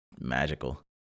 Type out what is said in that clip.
magical